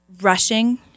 Rushing